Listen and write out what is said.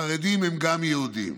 חרדים גם הם יהודים,